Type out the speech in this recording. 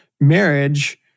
marriage